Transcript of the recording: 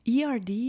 ERD